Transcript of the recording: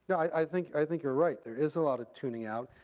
i think i think you're right. there is a lot of tuning out.